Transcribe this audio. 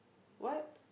what